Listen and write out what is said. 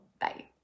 Bye